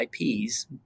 IPs